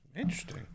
Interesting